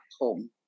home